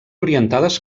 orientades